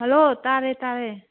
hello ꯇꯥꯔꯦ ꯇꯥꯔꯦ